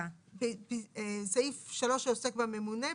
סעיף 3 העוסק בממונה,